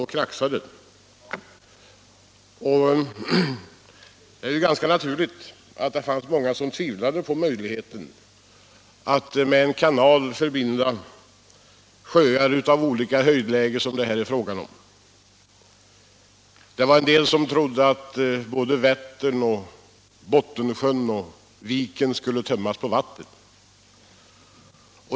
Det är i och för sig ganska naturligt att många tvivlade på möjligheten att med en kanal sammanbinda sjöar med olika höjdnivå — en del trodde att såväl Vättern som Bottensjön och Viken skulle tömmas på vatten.